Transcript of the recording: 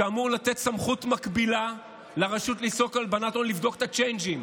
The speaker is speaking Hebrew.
שאמור לתת סמכות מקבילה לרשות לאיסור הלבנת הון לבדוק את הצ'יינג'ים,